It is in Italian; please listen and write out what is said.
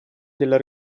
della